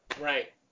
Right